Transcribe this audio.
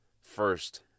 first